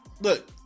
look